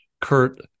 Kurt